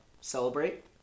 celebrate